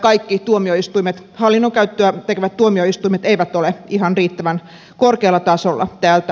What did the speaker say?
kaikki tuomioistuimet hallinnonkäyttöä tekevät tuomioistuimet eivät ole ihan riittävän korkealla tasolla tältä osin